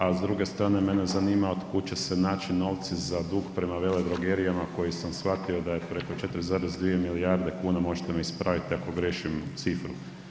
A s druge mene zanima od kud će se naći novci za dug prema veledrogerijama koji sam shvatio da je preko 4,2 milijarde kuna, možete me ispraviti ako griješim cifru.